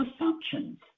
assumptions